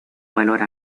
valor